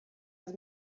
his